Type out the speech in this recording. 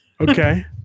okay